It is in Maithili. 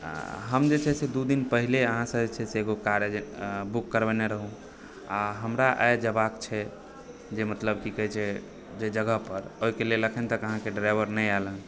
हम जे छै से दू दिन पहिले अहाँसँ जे छै से एगो कार बुक करवैने रहुँ आ हमरा आइ जेबाक छै जे मतलब की कहय छै जे जगह पर ओहिके लेल अखन तक अहाँकेँ ड्राइवर नहि आइलि हन